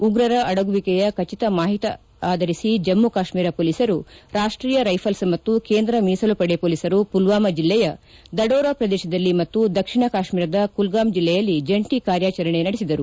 ಉಪ್ರರ ಅಡಗುವಿಕೆಯ ಖಜಿತ ಮಾಹಿತಿ ಅಧರಿಸಿ ಜಮ್ಮ ಕಾಶ್ಮೀರ ಮೊಲೀಸರು ರಾಷ್ಟೀಯ ರೈಫಲ್ಸ್ ಮತ್ತು ಕೇಂದ್ರ ಮೀಸಲು ಪಡೆ ಮೊಲೀಸರು ಮಲ್ವಾಮ ಜಲ್ಲೆಯ ದಡೋರ ಪ್ರದೇಶದಲ್ಲಿ ಮತ್ತು ದಕ್ಷಿಣ ಕಾಶ್ಮೀರದ ಕುಲ್ಗಾಮ್ ಜಲ್ಲೆಯಲ್ಲಿ ಜಂಟಿ ಕಾರ್ಯಾಚರಣೆ ನಡೆಸಿದರು